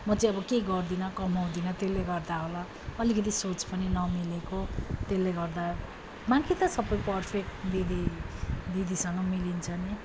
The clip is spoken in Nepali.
म चाहिँ अब के गर्दिनँ कमाउँदिनँ त्यसले गर्दा होला अलिकति सोच पनि नमिलेको त्यसले गर्दा बाँकी त सबै पर्फेक्ट दिदी दिदीसँग मिलिन्छ नै